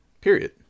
Period